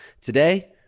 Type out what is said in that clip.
today